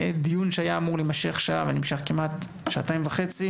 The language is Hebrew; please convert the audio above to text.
זה דיון שאמור היה להימשך שעה ונמשך שעתיים וחצי,